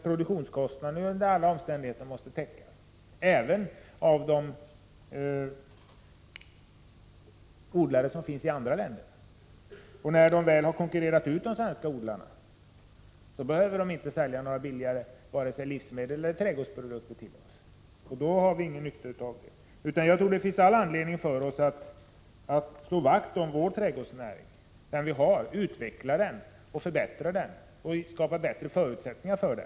Produktionskostnaderna måste ju under alla omständigheter täckas, även hos odlare i andra länder. När de väl har konkurrerat ut de svenska odlarna behöver de inte sälja vare sig livsmedel eller trädgårdsprodukter billigt till oss. Vi har alltså all anledning att slå vakt om den trädgårdsnäring som vi har, utveckla den och skapa bättre förutsättningar för den.